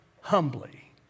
humbly